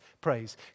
praise